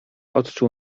odczuł